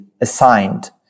assigned